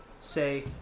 say